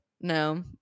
no